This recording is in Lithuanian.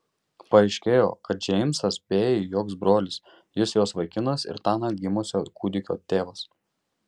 paaiškėjo kad džeimsas bėjai joks brolis jis jos vaikinas ir tąnakt gimusio kūdikio tėvas